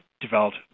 developed